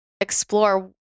explore